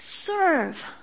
Serve